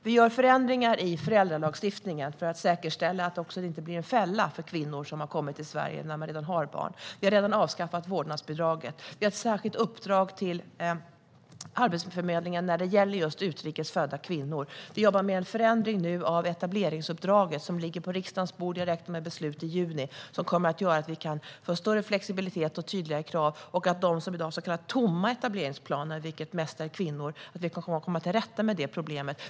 Vi gör förändringar i föräldralagstiftningen för att säkerställa att det inte blir en fälla för kvinnor som har kommit till Sverige när de redan har barn. Vi har redan avskaffat vårdnadsbidraget. Vi har ett särskilt uppdrag till Arbetsförmedlingen när det gäller just utrikes födda kvinnor. Vi jobbar nu med en förändring av etableringsuppdraget, som nu ligger på riksdagens bord. Jag räknar med beslut i juni. Det kommer att göra att vi får större flexibilitet och tydligare krav och att vi kan komma till rätta med problemet med dem som har så kallade tomma etableringsplaner, vilket är mest kvinnor.